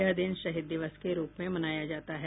यह दिन शहीद दिवस के रूप में मनाया जाता है